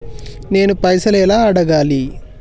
నేను పైసలు ఎలా అడగాలి?